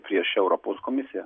prieš europos komisiją